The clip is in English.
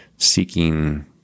seeking